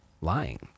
lying